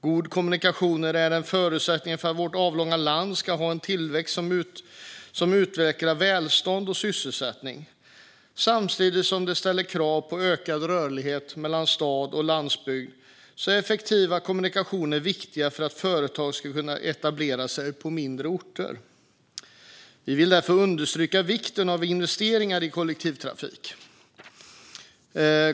Goda kommunikationer är en förutsättning för att vårt avlånga land ska ha en tillväxt som utvecklar välståndet och sysselsättningen. Samtidigt som det ställs krav på ökad rörlighet mellan stad och landsbygd är effektiva kommunikationer viktiga för att företag ska kunna etablera sig på mindre orter. Vi vill därför understryka vikten av investeringar i kollektivtrafik.